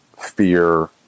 fear